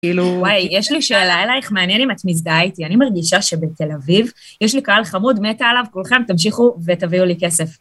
וואי, יש לי שאלה אלייך, מעניין אם את מזדהה איתי, אני מרגישה שבתל אביב יש לי קהל חמוד, מתה עליו, כולכם תמשיכו ותביאו לי כסף.